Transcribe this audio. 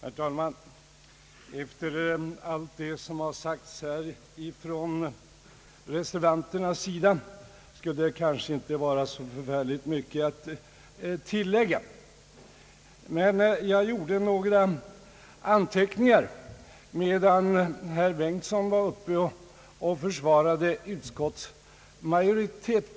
Herr talman! Efter allt som sagts från reservanternas sida finns kanske inte mycket att tillägga. Men medan herr Bengtson försvarade utskottsmajoriteten gjorde jag några anteckningar om ett par punkter.